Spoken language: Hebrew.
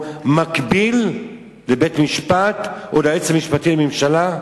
מקביל לבית-משפט או ליועץ המשפטי לממשלה?